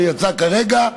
שיצא כרגע,